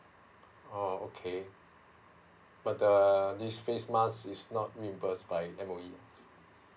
oh okay but err this face mask is not reimbursed by M_O_E